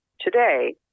today